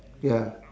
ya